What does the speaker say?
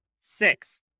Six